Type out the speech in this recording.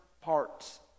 parts